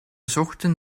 zochten